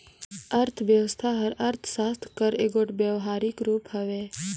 अर्थबेवस्था हर अर्थसास्त्र कर एगोट बेवहारिक रूप हवे